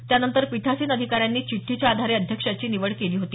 त्यानंतर पीठासीन अधिकाऱ्यांनी चिठ्ठीच्या आधारे अध्यक्षाची निवड केली होती